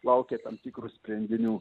laukia tam tikrų sprendinių